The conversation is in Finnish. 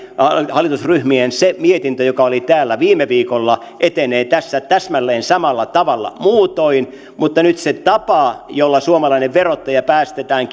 hallitusryhmien se mietintö joka oli täällä viime viikolla etenee tässä täsmälleen samalla tavalla muutoin mutta nyt se tapa jolla suomalainen verottaja päästetään